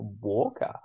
Walker